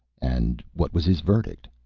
and what was his verdict?